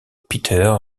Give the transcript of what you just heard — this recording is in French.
peter